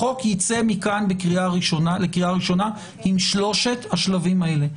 החוק יצא מכאן לקריאה ראשונה עם שלושת השלבים האלה,